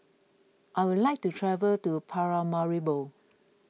I would like to travel to Paramaribo